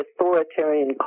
authoritarian